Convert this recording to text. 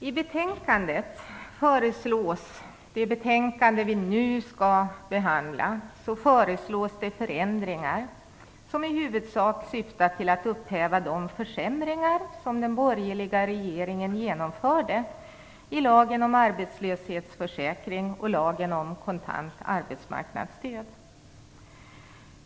Fru talman! I det betänkande vi nu skall behandla föreslås det förändringar som i huvudsak syftar till att upphäva de försämringar som den borgerliga regeringen genomförde i lagen om arbetslöshetsersättning och lagen om kontant arbetsmarknadsstöd.